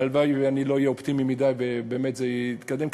הלוואי שלא אהיה אופטימי מדי ובאמת זה יתקדם,